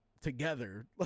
together